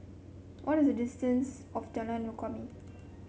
what is the distance of Jalan Kumia